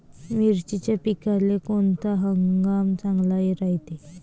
मिर्चीच्या पिकाले कोनता हंगाम चांगला रायते?